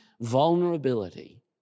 vulnerability